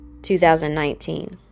2019